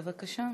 בבקשה.